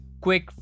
quick